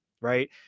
Right